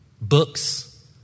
Books